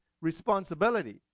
responsibility